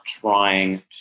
trying